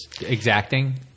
exacting